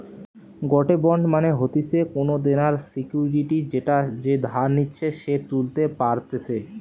গটে বন্ড মানে হতিছে কোনো দেনার সিকুইরিটি যেটা যে ধার নিচ্ছে সে তুলতে পারতেছে